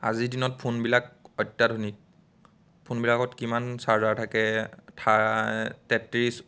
আজিৰ দিনত ফোনবিলাক অত্যাধুনিক ফোনবিলাকত কিমান চাৰ্জাৰ থাকে থা তেত্ৰিছ